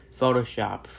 Photoshop